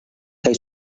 kaj